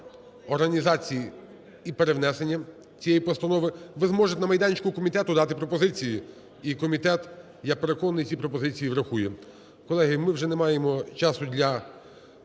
організації і перевнесення цієї постанови. Ви зможете на майданчику комітету дати пропозиції, і комітет, я переконаний, ці пропозиції врахує. Колеги, ми вже не маємо часу,